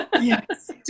Yes